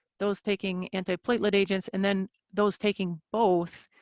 those taking antiplatelet agents, and then those taking both.